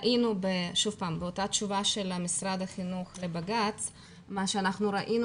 באותה תשובה של משרד החינוך לבג"צ ראינו